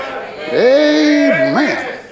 Amen